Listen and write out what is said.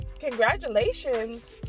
Congratulations